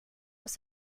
los